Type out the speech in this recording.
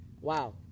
Wow